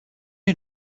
new